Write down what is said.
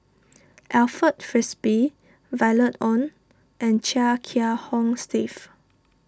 Alfred Frisby Violet Oon and Chia Kiah Hong Steve